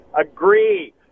Agree